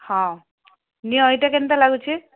ହଁ ନିଅ ଏଟା କେନ୍ତା ଲାଗୁଛି